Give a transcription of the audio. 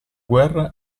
guerra